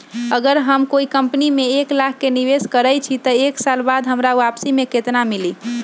अगर हम कोई कंपनी में एक लाख के निवेस करईछी त एक साल बाद हमरा वापसी में केतना मिली?